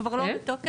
כבר לא בתוקף.